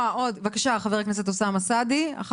בבקשה, חבר הכנסת אוסאמה סעדי, בבקשה.